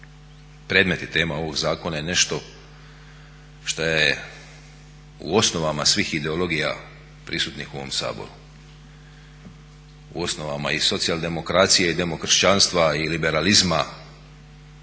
predmet i tema ovog zakona je nešto što je u osnovama svih ideologija prisutnih u ovom Saboru. U osnovama i socijaldemokracije i demokršćanstva i liberalizma